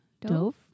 Dove